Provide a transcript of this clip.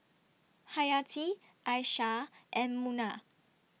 Hayati Aishah and Munah